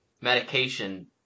medication